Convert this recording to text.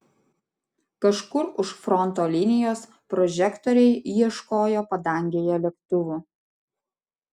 kažkur už fronto linijos prožektoriai ieškojo padangėje lėktuvų